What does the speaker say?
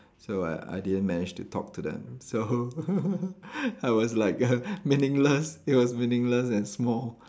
so I I didn't manage to talk to them so I was like meaningless it was meaningless and small